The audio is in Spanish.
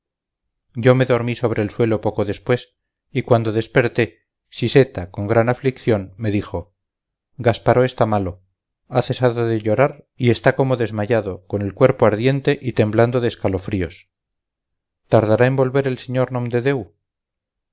yo me dormí sobre el suelo poco después y cuando desperté siseta con gran aflicción me dijo gasparó está malo ha cesado de llorar y está como desmayado con el cuerpo ardiente y temblando de escalofríos tardará en volver el sr